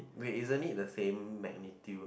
wait isn't it the same magnitude